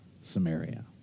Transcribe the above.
Samaria